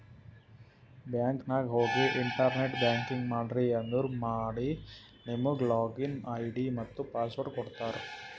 bank ನಾಗ್ ಹೋಗಿ internet banking ಮಾಡ್ರಿ ಅಂದುರ್ ಮಾಡಿ ನಿಮುಗ್ ಲಾಗಿನ್ ಐ.ಡಿ ಮತ್ತ ಪಾಸ್ವರ್ಡ್ ಕೊಡ್ತಾರ್